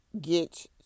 get